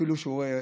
אפילו שהוא מרכזי.